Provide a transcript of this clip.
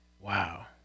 Wow